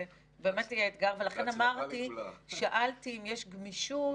בבית דין צבאי או בבית משפט אזרחי בעבירה שיש עמה קלון,